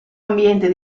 ambiente